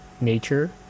nature